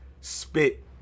spit